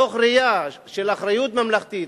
מתוך ראייה של אחריות ממלכתית,